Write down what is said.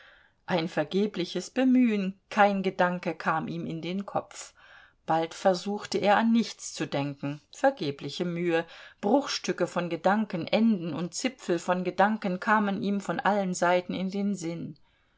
ein vergebliches bemühen kein gedanke kam ihm in den kopf bald versuchte er an nichts zu denken vergebliche mühe bruchstücke von gedanken enden und zipfel von gedanken kamen ihm von allen seiten in den sinn